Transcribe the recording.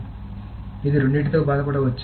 కాబట్టి ఇది రెండింటితో బాధపడవచ్చు